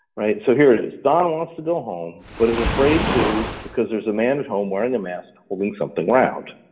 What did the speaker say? right? so here it is, don wants to go home, but is afraid to because there's a man at home wearing a mask, holding something round.